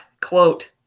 quote